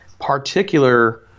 particular